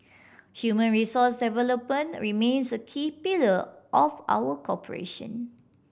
human resource development remains a key pillar of our cooperation